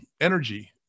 energy